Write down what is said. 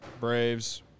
Braves